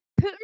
Putin